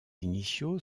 initiaux